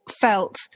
felt